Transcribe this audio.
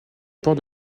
port